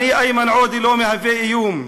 אני, איימן עודה, לא מהווה איום,